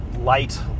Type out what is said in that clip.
light